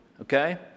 okay